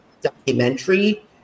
documentary